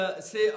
c'est